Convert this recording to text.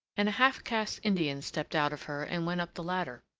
and a half-caste indian stepped out of her and went up the ladder.